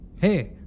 Hey